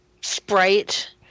sprite